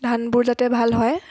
ধানবোৰ যাতে ভাল হয়